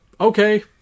okay